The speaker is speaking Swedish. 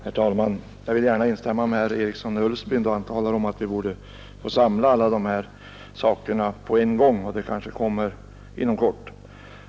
Herr talman! Jag vill gärna instämma när herr Eriksson i Ulfsbyn säger att vi borde få samla alla dessa frågor på en gång, vilket kanske blir möjligt inom kort.